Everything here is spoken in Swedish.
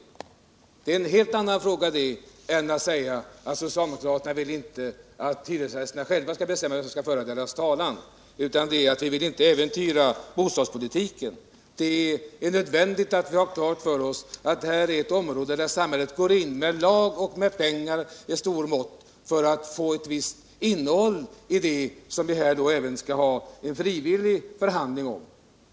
Detta är en helt annan fråga än den det rör sig om då man talar om att socialdemokraterna inte vill att hyresgästerna själva skall bestämma vem som skall föra deras talan. Vi vill inte äventyra bostadspolitiken. Det är nödvändigt att ha klart för sig att det här är ett område. där sam hället går in med lag och med mycket pengar för att man skall få ett visst innehåll i det som det skall bli en frivillig förhandling om.